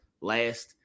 last –